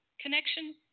connection